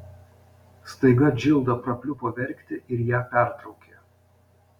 staiga džilda prapliupo verkti ir ją pertraukė